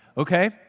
Okay